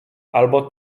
albo